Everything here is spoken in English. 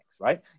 right